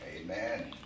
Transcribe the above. amen